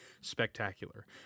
spectacular